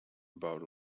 about